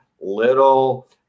little